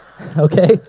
okay